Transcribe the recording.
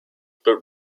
but